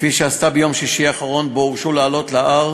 כפי שעשתה ביום שישי האחרון שבו הורשו לעלות להר